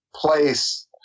place